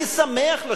אני שמח לשינויים,